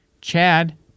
Chad